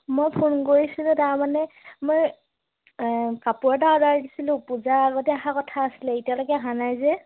মই ফোন কৰিছিলোঁ তাৰমানে মই কাপোৰ এটা অৰ্ডাৰ দিছিলোঁ পূজাৰ আগতে অহা কথা আছিলে এতিয়ালৈকে অহা নাই যে